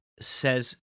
says